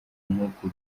nk’uko